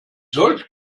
solch